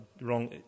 wrong